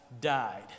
died